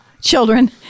children